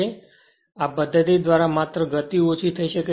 તેથી આ પદ્ધતિ દ્વારા માત્ર ગતિ ઓછી થઈ શકે છે